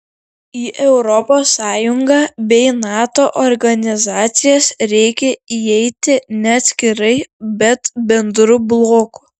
į europos sąjungą bei nato organizacijas reikia įeiti ne atskirai bet bendru bloku